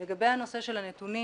לגבי הנושא של הנתונים,